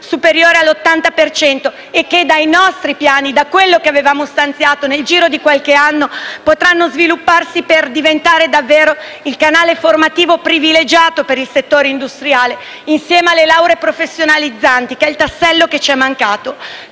superiore all'80 per cento e che dai nostri piani, da quello che avevamo stanziato nel giro di qualche anno, potranno svilupparsi per diventare davvero il canale formativo privilegiato per il settore industriale, insieme alle lauree professionalizzanti, che è il tassello che ci è mancato.